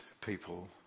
people